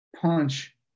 punch